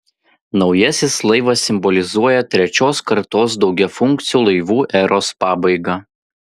naujasis laivas simbolizuoja trečios kartos daugiafunkcių laivų eros pabaigą